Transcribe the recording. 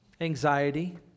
anxiety